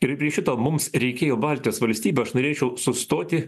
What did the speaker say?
ir šito mums reikėjo baltijos valstybių aš norėčiau sustoti